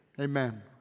Amen